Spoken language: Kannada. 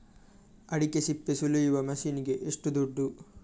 ಅಡಿಕೆ ಸಿಪ್ಪೆ ಸುಲಿಯುವ ಮಷೀನ್ ಗೆ ಏಷ್ಟು ದುಡ್ಡು?